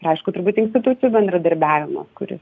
ir aišku turbūt institucijų bendradarbiavimas kuris